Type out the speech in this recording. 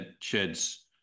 shed's